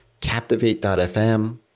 Captivate.fm